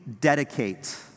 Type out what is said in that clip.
dedicate